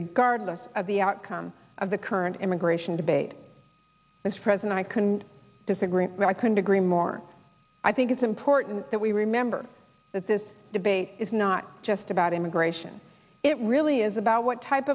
regardless of the outcome of the current immigration debate that's present i couldn't disagree with i couldn't agree more i think it's important that we remember that this debate is not just about immigration it really is about what type